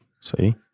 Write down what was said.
See